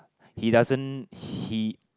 he doesn't he